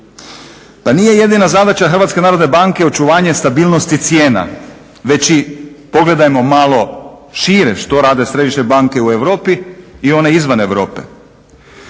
Pa nije jedina zadaća HNB-a očuvanje stabilnosti cijena, već i pogledajmo malo šire što rade središnje banke u Europi i one izvan Europe.